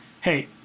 hey